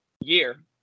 year